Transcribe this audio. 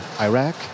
Iraq